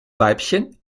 weibchen